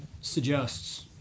suggests